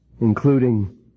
including